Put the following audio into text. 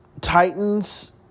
Titans